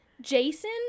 Jason